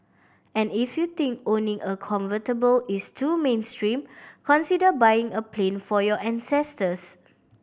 and if you think owning a convertible is too mainstream consider buying a plane for your ancestors